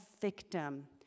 victim